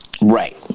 right